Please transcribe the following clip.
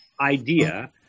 idea